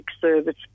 service